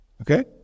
Okay